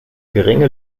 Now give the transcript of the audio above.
geringe